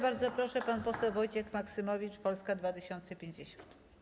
Bardzo proszę, pan poseł Wojciech Maksymowicz, Polska 2050.